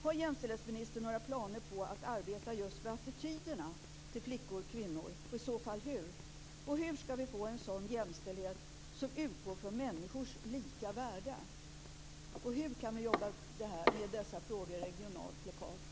Har jämställdhetsministern några planer på att arbeta just med attityderna till flickor och kvinnor, och i så fall hur? Hur skall vi få en jämställdhet som utgår från människors lika värde? Hur kan vi jobba vidare med dessa frågor regionalt och lokalt?